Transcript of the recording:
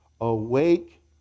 Awake